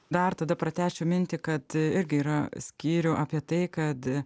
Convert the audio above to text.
dar tada pratęsčiau mintį kad irgi yra skyrių apie tai kad